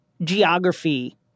geography